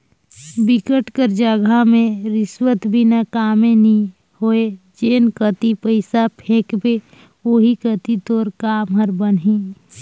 बिकट कर जघा में रिस्वत बिना कामे नी होय जेन कती पइसा फेंकबे ओही कती तोर काम हर बनही